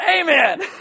Amen